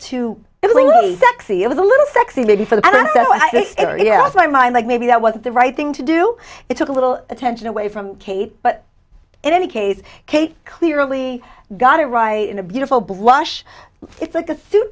too sexy it was a little sexy maybe for the area of my mind like maybe that wasn't the right thing to do it took a little attention away from kate but in any case kate clearly got it right in a beautiful blush it's like a suit